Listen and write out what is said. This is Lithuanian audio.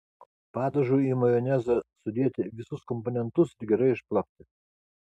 padažui į majonezą sudėti visus komponentus ir gerai išplakti